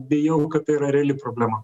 bijau kad tai yra reali problema